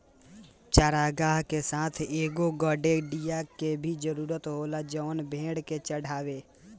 चारागाह के साथ एगो गड़ेड़िया के भी जरूरत होला जवन भेड़ के चढ़ावे